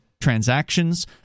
transactions